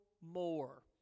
more